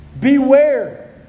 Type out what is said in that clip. Beware